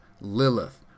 lilith